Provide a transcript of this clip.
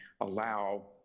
allow